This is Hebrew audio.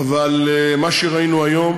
אבל מה שראינו היום